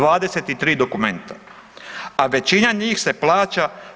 23 dokumenta, a većina njih se plaća.